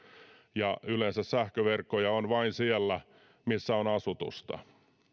ja yleensä sähköverkkoja on vain siellä missä on asutusta